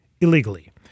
illegally